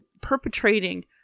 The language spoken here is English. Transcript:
perpetrating